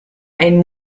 einen